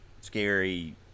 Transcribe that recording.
scary